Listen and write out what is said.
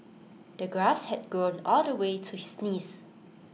the grass had grown all the way to his knees